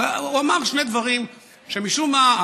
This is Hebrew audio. אבל הוא אמר שני דברים שמשום מה,